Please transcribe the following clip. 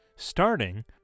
starting